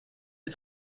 des